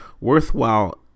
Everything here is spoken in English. worthwhile